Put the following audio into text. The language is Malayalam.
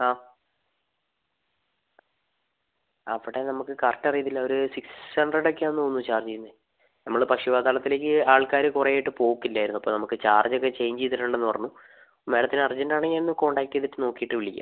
ആ അവിടെ നമുക്ക് കറക്റ്റ് അറിയത്തില്ല അവർ സിക്സ് ഹൺഡ്രഡക്കെ ആണെന്ന് തോന്നുന്നു ചാർജ് ചെയ്യുന്നത് നമ്മൾ പക്ഷി പാതാളത്തിലേക്ക് ആൾക്കാർ കുറെ ആയിട്ട് പോക്കില്ലായിരുന്നു അപ്പോൾ നമുക്ക് ചാർജക്കെ ചേഞ്ച് ചെയ്തിട്ടുണ്ടെന്ന് പറഞ്ഞു മാഡത്തിന് അർജൻറ്റാണെങ്കിൽ ഒന്ന് കോൺടാക്ട് ചെയ്തിട്ട് നോക്കീട്ട് വിളിക്കാം